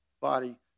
body